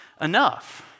enough